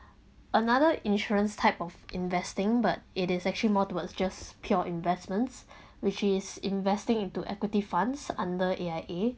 another insurance type of investing but it is actually more towards just pure investments which is investing into equity funds under A_I_A